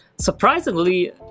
Surprisingly